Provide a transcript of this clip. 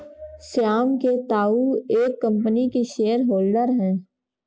श्याम के ताऊ एक कम्पनी के शेयर होल्डर हैं